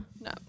No